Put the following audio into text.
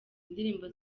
indirimbo